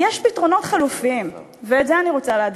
יש פתרונות חלופיים, ואת זה אני רוצה להדגיש.